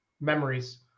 memories